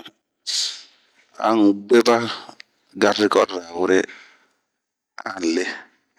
A N'gueba gadikori ra ,an lee.